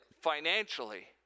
financially